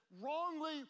wrongly